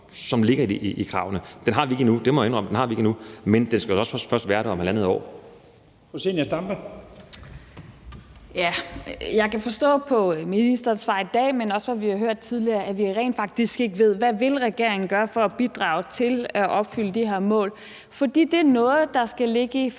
det må jeg indrømme. Den har vi ikke endnu, men den skal også først være der om halvandet år.